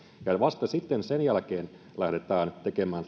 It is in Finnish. ja vasta sitten sen jälkeen lähdetään tekemään